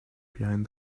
behind